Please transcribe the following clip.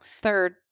Third